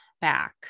back